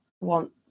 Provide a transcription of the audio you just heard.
want